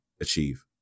achieve